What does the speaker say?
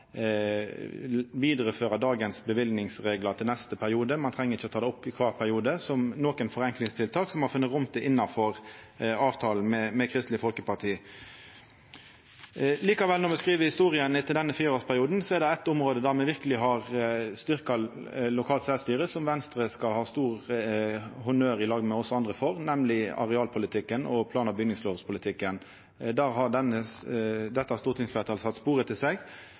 dagens løyvereglar til neste periode. Ein treng ikkje ta det opp i kvar periode. Det er eit forenklingstiltak som me har funne rom for innanfor avtalen med Kristeleg Folkeparti. Likevel, når me skriv historia etter denne fireårsperioden, er det eitt område der me verkeleg har styrkt lokalt sjølvstyre, som Venstre, i lag med oss andre, skal ha stor honnør for, nemleg arealpolitikken og plan- og bygningslovpolitikken. Der har dette stortingsfleirtalet sett spor etter seg.